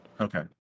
Okay